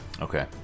Okay